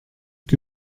que